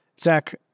Zach